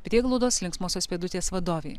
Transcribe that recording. prieglaudos linksmosios pėdutės vadovei